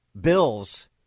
bills